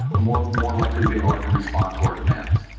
the more more likely they are to respond to our demands.